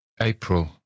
April